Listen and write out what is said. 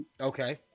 Okay